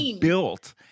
built